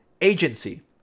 agency